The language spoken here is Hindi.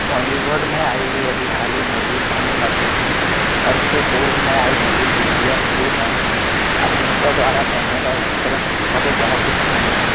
बॉलीवुड में आई हुई अभी हाल ही मूवी एनिमल और उसके पूर्व में आई मूवी के जी एफ टू में अभिनेता द्वारा पहने गए वस्त्रों मुझे बहुत ही पसंद आए